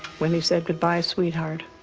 when he said, goodbye sweetheart.